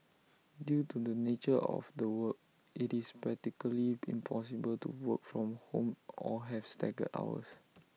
due to the nature of the work IT is practically impossible to work from home or have staggered hours